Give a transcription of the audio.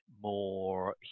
more